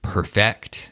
Perfect